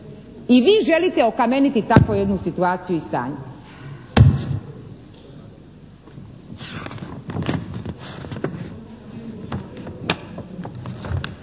I vi želite okameniti takvu jednu situaciju i stanje.